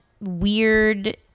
weird